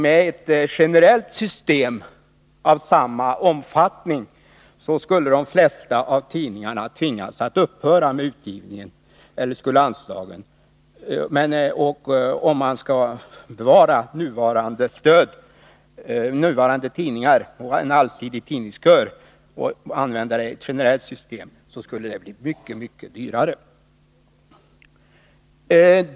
Med ett generellt system av samma omfattning skulle de flesta av tidningarna tvingas att upphöra med utgivningen, och om man skulle bevara nuvarande stöd till de tidningar som nu får del av detta och ha en allsidig tidningskör genom att använda ett generellt stödsystem skulle det bli mycket dyrare.